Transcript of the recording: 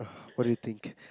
what do you think